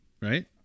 Right